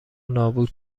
نابود